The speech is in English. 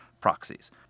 proxies